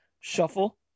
shuffle